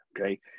okay